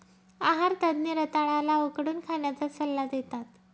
आहार तज्ञ रताळ्या ला उकडून खाण्याचा सल्ला देतात